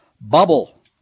bubble